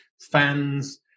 fans